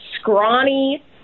scrawny